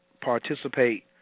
participate